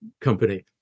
company